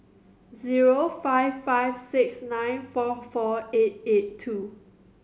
zero five five six nine four four eight eight two